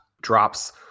drops